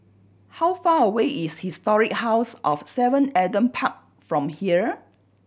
how far away is Historic House of Seven Adam Park from here